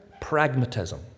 pragmatism